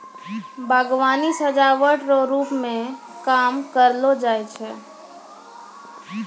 बागवानी सजाबट रो रुप मे काम करलो जाय छै